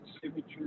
signature